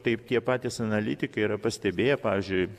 taip tie patys analitikai yra pastebėję pavyzdžiui